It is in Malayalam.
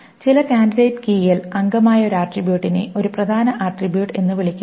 ചില കാൻഡിഡേറ്റ് കീയിൽ അംഗമായ ഒരു ആട്രിബ്യൂട്ടിനെ ഒരു പ്രധാന ആട്രിബ്യൂട്ട് എന്ന് വിളിക്കുന്നു